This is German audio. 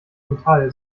metall